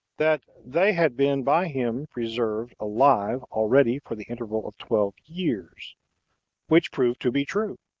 that they had been by him preserved alive already for the interval of twelve years which proved to be true.